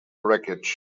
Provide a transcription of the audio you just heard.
wreckage